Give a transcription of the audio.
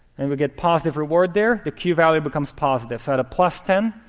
and we get positive reward there. the q value becomes positive. so at a plus ten,